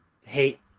hate